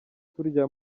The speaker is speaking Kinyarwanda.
turya